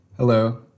Hello